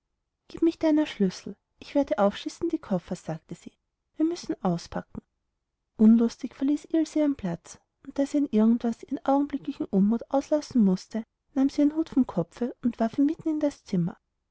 gieb mich deiner schlüssel ich werde aufschließen die koffers sagte sie wir müssen auspacken unlustig verließ ilse ihren platz und da sie an irgend etwas ihren augenblicklichen unmut auslassen mußte nahm sie ihren hut vom kopfe und warf ihn mitten in das zimmer